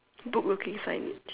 book looking signage